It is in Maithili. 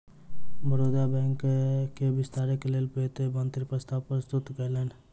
बड़ौदा बैंक में विस्तारक लेल वित्त मंत्री प्रस्ताव प्रस्तुत कयलैन